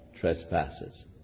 trespasses